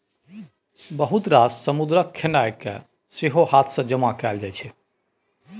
बहुत रास समुद्रक खेनाइ केँ सेहो हाथ सँ जमा कएल जाइ छै